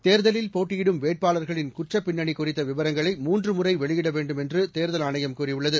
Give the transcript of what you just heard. தேர்தலில் போட்டியிடும் வேட்பாளர்களின் குற்றப்பின்னணி குறித்த விவரங்களை மூன்று முறை வெளியிட வேண்டும் என்றும் தேர்தல் ஆணையம் கூறியுள்ளது